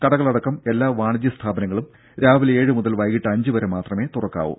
കടകളടക്കം എല്ലാ വാണിജ്യ സ്ഥാപനങ്ങളും രാവിലെ ഏഴ് മുതൽ വൈകിട്ട് അഞ്ച് വരെ മാത്രമേ തുറക്കാവൂ